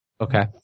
Okay